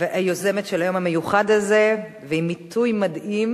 והיוזמת של היום המיוחד הזה, ובעיתוי מדהים,